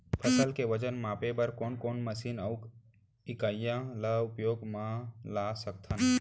फसल के वजन मापे बर कोन कोन मशीन अऊ इकाइयां ला उपयोग मा ला सकथन?